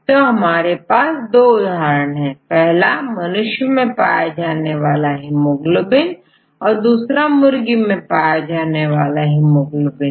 यहां हमारे पास दो उदाहरण है पहला मनुष्य में पाया जाने वाला हिमोग्लोबिन और दूसरामुर्गी में पाए जाने वाला हिमोग्लोबिन